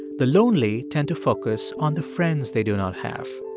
the lonely tend to focus on the friends they do not have.